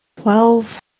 Twelve